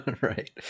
Right